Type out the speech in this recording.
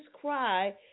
cry